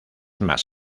más